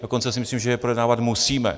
Dokonce si myslím, že je projednávat musíme.